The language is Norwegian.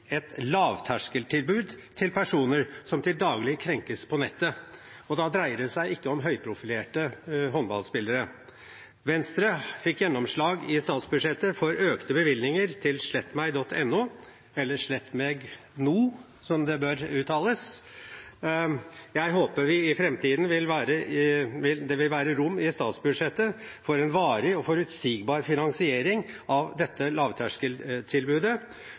et lavterskeltilbud til personer som til daglig krenkes på nettet, og da dreier det seg ikke om høyprofilerte håndballspillere. Venstre fikk gjennomslag i statsbudsjettet for økte bevilgninger til slettmeg.no, eller «slett meg no», som det bør uttales. Jeg håper det i framtiden vil være rom i statsbudsjettet for en varig og forutsigbar finansiering av dette lavterskeltilbudet,